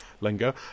lingo